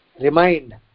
remind